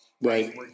Right